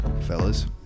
Fellas